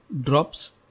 drops